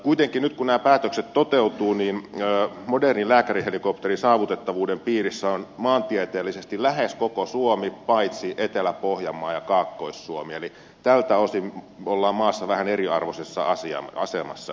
kuitenkin nyt kun nämä päätökset toteutuvat modernin lääkärihelikopterin saavutettavuuden piirissä on maantieteellisesti lähes koko suomi paitsi etelä pohjanmaa ja kaakkois suomi eli tältä osin ollaan maan eri puolilla vähän eriarvoisessa asemassa